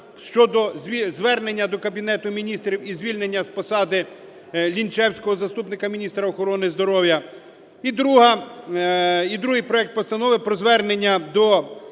щодо звернення до Кабінету Міністрів і звільнення з посади Лінчевського, заступника міністра охорони здоров'я. І другий проект постанови: про звернення до Кабінету Міністрів